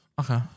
Okay